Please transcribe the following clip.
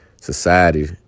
society